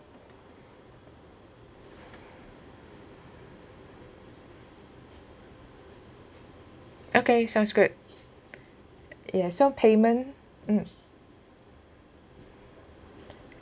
okay sounds good ya so payment mm